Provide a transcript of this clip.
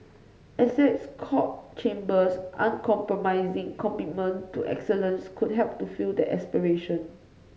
Essex Court Chambers uncompromising commitment to excellence could help to fulfil that aspiration